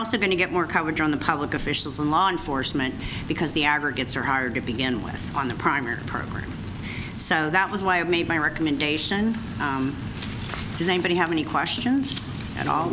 also going to get more coverage on the public officials and law enforcement because the aggregates are hard to begin with on the primer program so that was why i made my recommendation does anybody have any questions at all